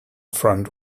front